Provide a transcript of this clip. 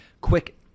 quick